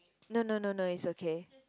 no no no no is okay